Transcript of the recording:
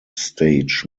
stage